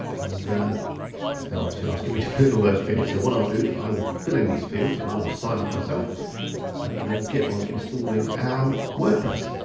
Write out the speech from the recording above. and it's now obviously asking me to fill in all those fields so what i will do is i will fill in these fields and i will sign up myself and then we'll get on installing our wordpress.